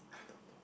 I don't know